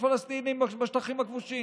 הפלסטינים בשטחים הכבושים?